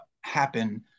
happen